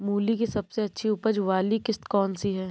मूली की सबसे अच्छी उपज वाली किश्त कौन सी है?